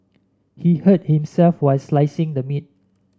he hurt himself while slicing the meat